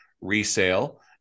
resale